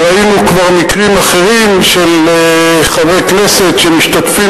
ראינו כבר מקרים אחרים של חברי כנסת שמשתתפים